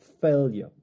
failure